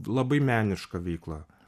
labai meniška veikla